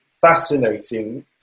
fascinating